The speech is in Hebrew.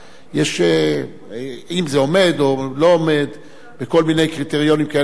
אם זה עומד או לא עומד בכל מיני קריטריונים אחרים,